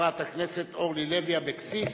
חברת הכנסת אורלי לוי אבקסיס.